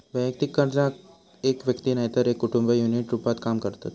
वैयक्तिक कर्जात एक व्यक्ती नायतर एक कुटुंब युनिट रूपात काम करतत